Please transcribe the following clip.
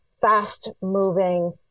fast-moving